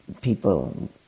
people